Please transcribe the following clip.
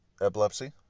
epilepsy